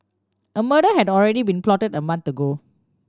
a murder had already been plotted a month ago